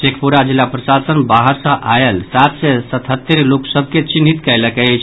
शेखपुरा जिला प्रशासन बाहर सॅ आयल सात सय सतहत्तरि लोक सभ के चिन्हित कयलक अछि